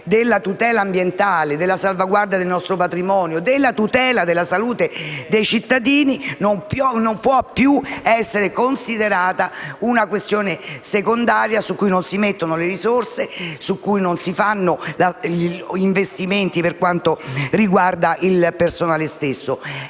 della tutela ambientale, della salvaguardia del nostro patrimonio e della tutela della salute dei cittadini non può più essere considerata una questione secondaria su cui non si stanziano le risorse e su cui non si fanno investimenti per quanto riguarda il personale stesso.